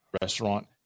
restaurant